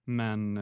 men